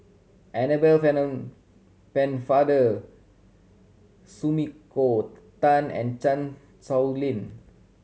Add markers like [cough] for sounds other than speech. Annabel [unintelligible] Pennefather Sumiko Tan and Chan Sow Lin